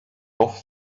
off